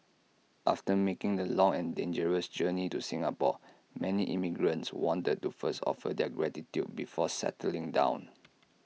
after making the long and dangerous journey to Singapore many immigrants wanted to first offer their gratitude before settling down